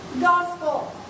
gospel